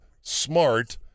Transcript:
smart